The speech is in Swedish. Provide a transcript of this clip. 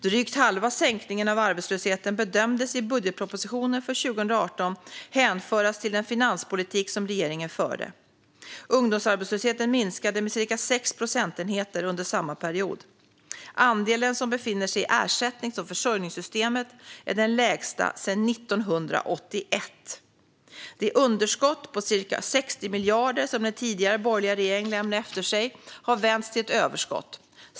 Drygt halva sänkningen av arbetslösheten bedömdes i budgetpropositionen för 2018 hänföras till den finanspolitik som regeringen förde. Ungdomsarbetslösheten minskade med ca 6 procentenheter under samma period. Andelen som befinner sig i ersättnings och försäkringssystemen är den lägsta sen 1981. Det underskott på ca 60 miljarder som den tidigare borgerliga regeringen lämnade efter sig har vänts till ett stort överskott.